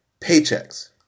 paychecks